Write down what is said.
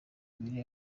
ibiri